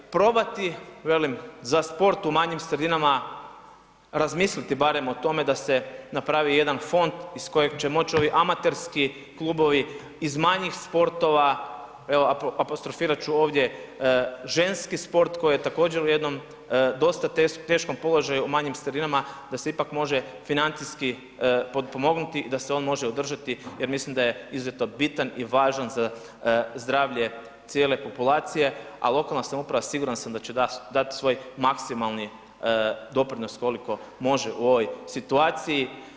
Probati, velim za sport u manjim sredinama razmisliti barem o tome da se napravi jedan fond iz kojeg će moći ovi amaterski klubovi iz manjih sportova, evo apostrofirat ću ovdje ženski sport koji je također u jednom dosta teškom položaju u manjim sredinama, da se ipak može financijski potpomognuti i da se on može održati jer mislim da je izuzetno bitan i važan za zdravlje cijele populacije, a lokalna samouprava siguran sam da će dat svoj maksimalni doprinos koliko može u ovoj situaciji.